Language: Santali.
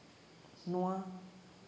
ᱱᱚᱣᱟ